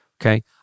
okay